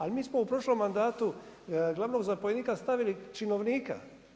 Ali mi smo u prošlom mandatu glavnog zapovjednika stavili činovnika.